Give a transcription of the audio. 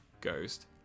Ghost